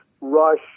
rush